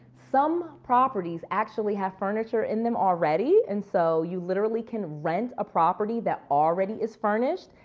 some properties actually have furniture in them already and so, you literally can rent a property that already is furnished.